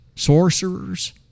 sorcerers